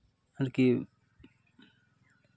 ᱟᱨᱠᱤ